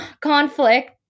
conflict